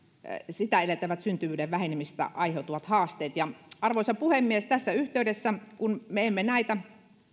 sitä edeltäneet syntyvyyden vähenemisestä aiheutuvat haasteet arvoisa puhemies tässä yhteydessä kun me emme näitä